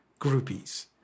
groupies